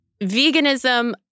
veganism